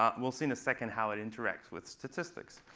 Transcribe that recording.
um we'll see in a second how it interacts with statistics.